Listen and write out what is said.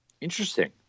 Interesting